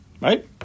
Right